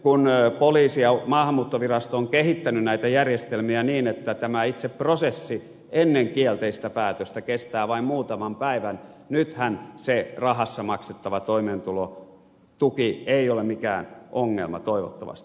kun poliisi ja maahanmuuttovirasto ovat kehittäneet näitä järjestelmiä niin että itse prosessi ennen kielteistä päätöstä kestää vain muutaman päivän nythän se rahassa maksettava toimeentulotuki ei ole mikään ongelma toivottavasti